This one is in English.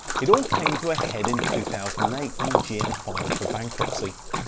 it all came to a head in two thousand and eight when gm filed for bankruptcy.